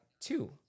two